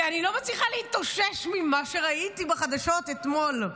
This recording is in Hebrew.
כי אני לא מצליחה להתאושש ממה שראיתי בחדשות אתמול.